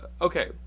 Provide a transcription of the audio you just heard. Okay